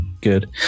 Good